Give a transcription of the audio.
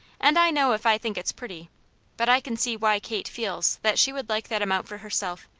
and i know if i think it's pretty but i can see why kate feels that she would like that amount for herself,